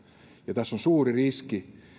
ja tässä on suuri riski